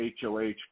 HOH